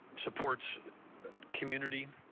supports community,